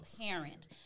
parent